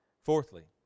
Fourthly